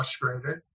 frustrated